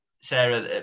Sarah